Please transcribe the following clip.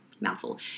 mouthful